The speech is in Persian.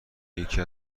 یکی